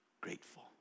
grateful